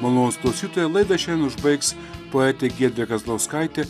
malonūs klausytojai laida šiandien užbaigs poetė giedrė kazlauskaitė